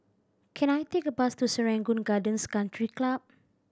can I take a bus to Serangoon Gardens Country Club